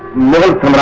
make